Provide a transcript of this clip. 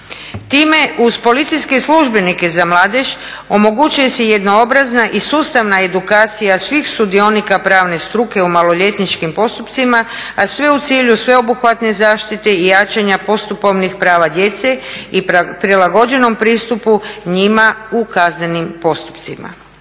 Time uz policijske službenike za mladež omogućuje se jednoobrazna i sustavna edukacija svih sudionika pravne struke u maloljetničkim postupcima a sve u cilju sveobuhvatne zaštite i jačanja postupovnih prava djece i prilagođenom pristupu njima u kaznenim postupcima.